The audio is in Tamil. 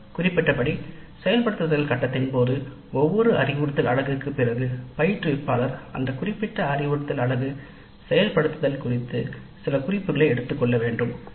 குறிப்பிட்டபடி செயல்படுத்தும் கட்டத்தின் போது ஒவ்வொரு அறிவுறுத்தலுக்கும் பிறகு பயிற்றுவிப்பாளர் அந்த குறிப்பிட்ட அறிவுறுத்தல் அலகு குறித்து சில குறிப்புகளை செய்ய வேண்டும் செயல்படுத்தல்